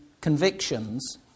convictions